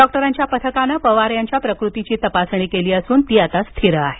डॉक्टरांच्या पथकानं पवार यांच्या प्रकृतीची तपासणी केली असून ती आता स्थिर आहे